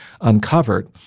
uncovered